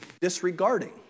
disregarding